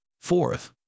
Fourth